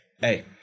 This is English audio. hey